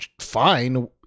fine